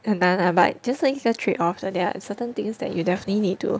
很难 lah but 就是一个 trade off like there are certain things that you definitely need to